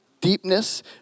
deepness